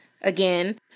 again